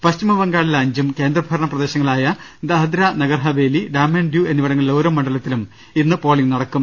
പശ്ചിമബംഗാളിലെ അഞ്ചും കേന്ദ്രഭരണ പ്രദേശങ്ങളായ ദാദ്ര നഗർ ഹവേലി ഡാമൻ ആന്റ് ഡ്യൂ എന്നിവിടങ്ങളിലെ ഓരോ മണ്ഡലത്തിലും ഇന്ന് പോളിംഗ് നടക്കും